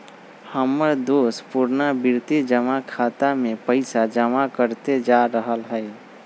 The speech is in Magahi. हमर दोस पुरनावृति जमा खता में पइसा जमा करइते जा रहल हइ